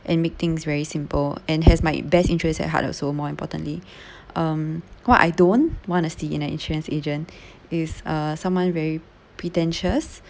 and make things very simple and has my best interests at heart also more importantly um what I don't wanna see in an insurance agent is uh someone very pretentious